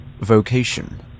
vocation